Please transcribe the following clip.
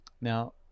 Now